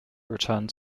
returned